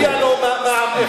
מגיע לו מע"מ אפס.